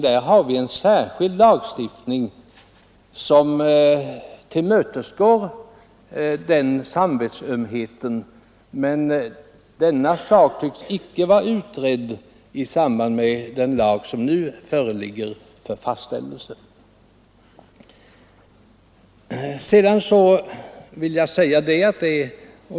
Vi har en särskild lagstiftning som tillmötesgår den samvetsömheten, men denna sak tycks icke vara utredd i samband med det lagförslag som nu föreligger för avgörande.